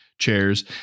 Chairs